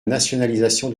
nationalisation